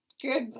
good